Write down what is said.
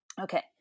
Okay